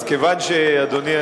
אז כיוון שאדוני,